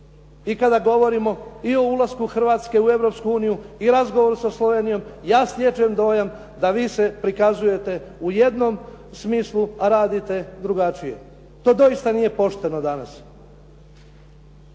I kada govorimo i o ulasku Hrvatske u Europsku uniju i u razgovoru sa Slovenijom, ja stječem dojam da vi se prikazujete u jednom smislu a radite drugačije. To doista nije pošteno danas.